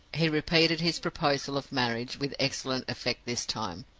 he repeated his proposal of marriage, with excellent effect this time.